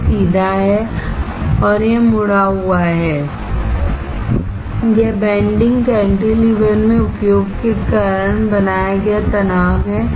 यह सीधा है और यह मुड़ा हुआ है यह बैंडिंग कैंटीलेवर में उपयोग के कारण बनाया गया तनाव है